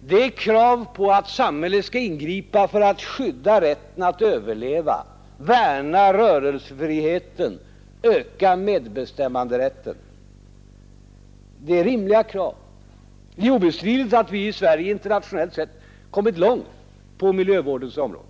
Det är krav på att samhället skall ingripa för att skydda rätten att överleva, värna rörelsefriheten, öka medbestämmanderätten. Det är rimliga krav. Det är obestridligt att vi i Sverige, internationellt sett, kommit långt på miljövårdens område.